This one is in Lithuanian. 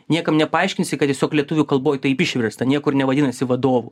niekam nepaaiškinsi kad tiesiog lietuvių kalboj taip išversta niekur nevadinasi vadovų